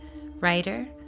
writer